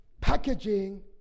packaging